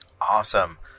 awesome